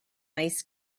ice